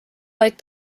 vaid